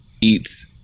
eats